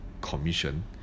commission